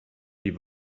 die